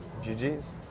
GGS